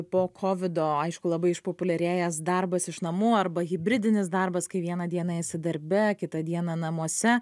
po kovido aišku labai išpopuliarėjęs darbas iš namų arba hibridinis darbas kai vieną dieną esi darbe kitą dieną namuose